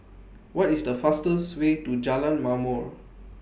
What IS The fastest Way to Jalan Ma'mor